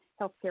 healthcare